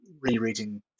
rereading